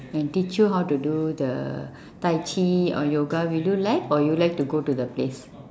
and teach you how to do the tai chi or the yoga would you like or would you like to go to the place